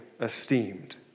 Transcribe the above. esteemed